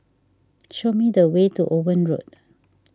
show me the way to Owen Road